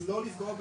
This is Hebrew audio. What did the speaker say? אז לא לפגוע בהם.